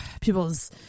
people's